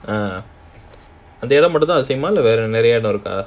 ah அந்த இடம் மட்டும் தானா இல்ல நெறய இடம் இருக்கா:antha edam mattum thaana illa neraya edam irukkaa